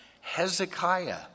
Hezekiah